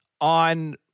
on